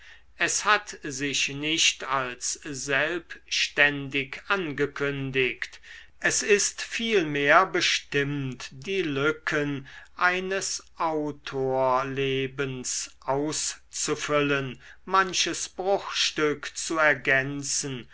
es hat sich nicht als selbständig angekündigt es ist vielmehr bestimmt die lücken eines autorlebens auszufüllen manches bruchstück zu ergänzen